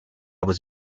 was